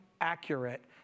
accurate